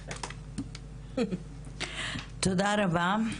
תודה רבה.